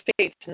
states